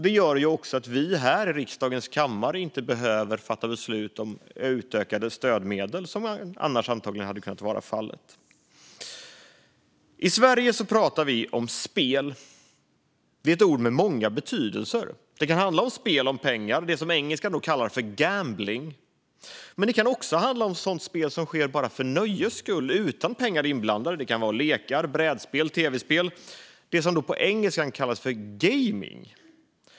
Det gör också att vi här i riksdagens kammare inte behöver fatta beslut om utökade stödmedel, vilket annars antagligen hade kunnat vara fallet. I Sverige pratar vi om spel. Det är ett ord med många betydelser. Det kan handla om spel om pengar - det som på engelska kallas gambling - men det kan också handla om sådant spel som sker bara för nöjes skull utan några pengar inblandade. Det kan vara lekar, brädspel och tv-spel - det som på engelska kallas gaming.